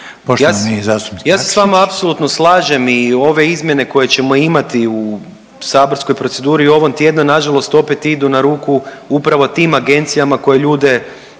Ja se sa vama apsolutno slažem i ove izmjene koje ćemo imati u saborskoj proceduri i ovog tjedna na žalost opet idu na ruku upravo tim agencijama koje ljude